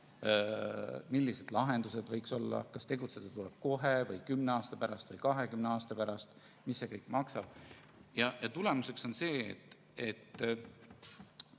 millised lahendused võiksid olla, kas tegutseda tuleb kohe või 10 aasta pärast või 20 aasta pärast ning mis see kõik maksab. Tulemuseks on see, et